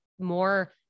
more